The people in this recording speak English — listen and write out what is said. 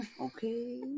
Okay